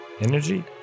Energy